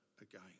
again